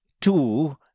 two